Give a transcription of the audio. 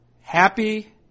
Happy